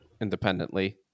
independently